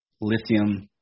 lithium